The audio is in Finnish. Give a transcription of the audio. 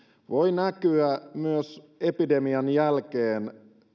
voi näkyä myös epidemian jälkeen